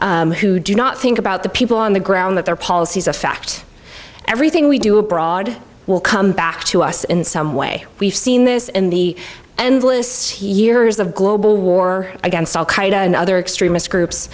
men who do not think about the people on the ground that their policies affect everything we do abroad will come back to us in some way we've seen this in the endless years of global war against al qaeda and other extremist groups